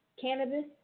Cannabis